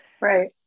right